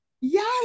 Yes